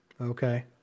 Okay